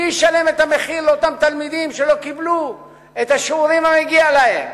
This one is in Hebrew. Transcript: מי ישלם את המחיר על אותם תלמידים שלא קיבלו את השיעורים המגיעים להם?